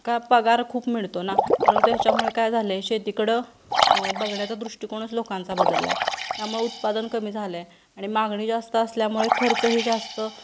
का पगार खूप मिळतो ना परंतु ह्याच्यामुळे काय झालं आहे शेतीकडं बघण्याचा दृष्टिकोनच लोकांचा बदलला आहे त्यामुळे उत्पादन कमी झालं आहे आणि मागणी जास्त असल्यामुळे खर्चही जास्त